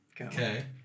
Okay